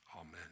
Amen